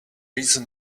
reason